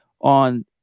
on –